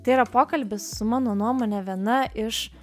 tai yra pokalbis su mano nuomone viena iš